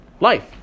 Life